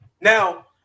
Now